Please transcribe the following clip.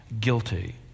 guilty